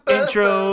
Intro